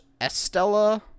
Estella